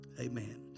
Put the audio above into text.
Amen